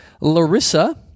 Larissa